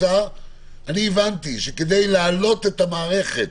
הבנתי שכדי להעלות את המערכת